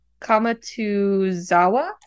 Kamatuzawa